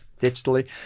digitally